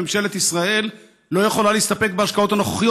ממשלת ישראל לא יכולה להסתפק בהשקעות הנוכחיות,